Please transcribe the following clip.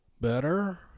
better